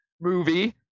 Movie